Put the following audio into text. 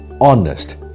honest